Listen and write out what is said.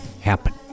happen